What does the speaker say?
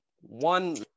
one